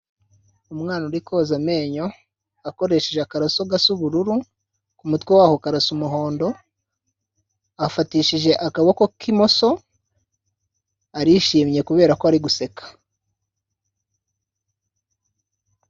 Umwana uri koza amenyo akoresheje akaraso gasa ubururu, ku mutwe waho karasa umuhondo, afatishije akaboko k'imoso arishimye kubera ko ari guseka.